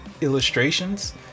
illustrations